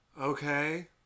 okay